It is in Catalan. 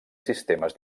sistemes